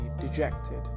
dejected